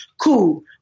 cool